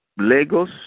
Lagos